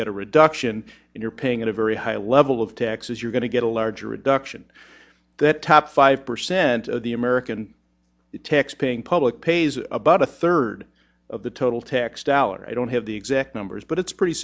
get a reduction you're paying at a very high level of taxes you're going to get a larger reduction that top five percent of the american taxpaying public pays about a third of the total tax dollar i don't have the exact numbers but it's pretty